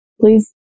please